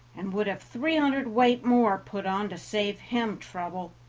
and would have three hundredweight more put on to save him trouble,